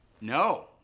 no